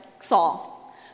Saul